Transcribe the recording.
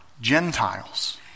Gentiles